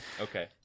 okay